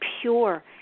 pure